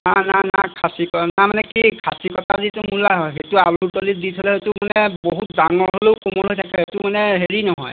না না না খাচীকটা মানে কি খাচীকটা যিটো মূলা হয় সেইটো আলুৰ তলিত দি থ'লে সেইটো মানে বহুত ডাঙৰ হ'লেও কোমল হৈ থাকে সেইটো মানে হেৰি নহয়